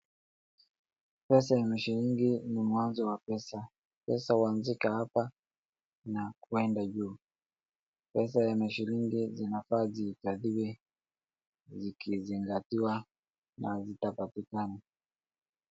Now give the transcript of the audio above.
Pesa ya mashilingi ni mwanzo wa pesa. Pesa huanzika hapa na kwenda juu. Pesa ya mashilingi zinafaa zihifadhiwe zikizingatiwa na zitapatikana.